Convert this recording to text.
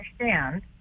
understand